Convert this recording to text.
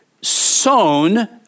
sown